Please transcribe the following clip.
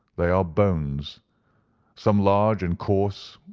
they are bones some large and coarse,